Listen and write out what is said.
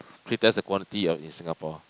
three times the quantity of in Singapore